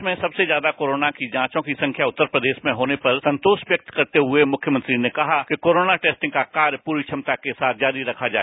देश में सबसे ज्यादा कोरोना की जाँचों की संख्या उत्तर प्रदेश में होने पर संतोष व्यक्त करते हुए मुख्यमंत्री ने कहा कि कोरोना टेस्टिंग का कार्य पूरी क्षमता के साथ जारी रखा जाए